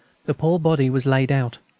the poor body was laid out.